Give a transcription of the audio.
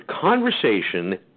conversation